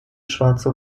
schwarze